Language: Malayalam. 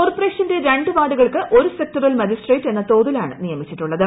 കോർപ്പറേഷന്റെ രണ്ടു വാർഡുകൾക്ക് ഒരു സെക്ടറൽ മജിസ്ട്രേറ്റ് എന്ന തോതില്ലാണു് ്നിയമിച്ചിട്ടുള്ളത്